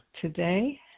Today